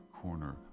corner